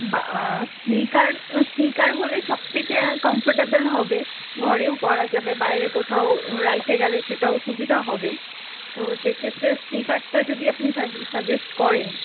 বা sneaker sneaker হলেই সব থেকে কমফারটেবেল হবে ঘরেও পরা যাবে বাইরে কোথাও রাইটে গেলে সেটাও সুবিধা হবে তো সে ক্ষেত্রে স্নিকারটা যদি আপনি সাজে সাজেস্ট করেন